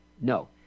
no